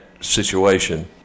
situation